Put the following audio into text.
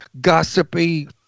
gossipy